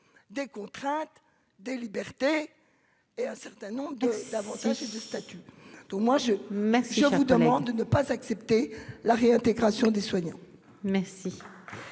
des contraintes de liberté et un certain nombre de d'Avantage du statut tout moi je, je vous demande de ne pas accepter la réintégration des soignants.